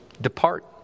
Depart